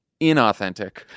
inauthentic